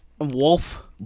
wolf